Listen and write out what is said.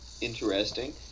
interesting